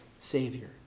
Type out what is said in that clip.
Savior